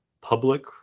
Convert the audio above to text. public